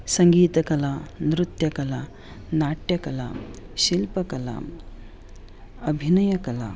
सङ्गीतकला नृत्यकला नाट्यकला शिल्पकला अभिनयकला